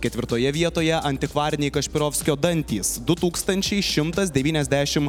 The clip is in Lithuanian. ketvirtoje vietoje antikvariniai kašpirovskio dantys du tūkstančiai šimtas devyniasdešimt